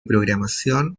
programación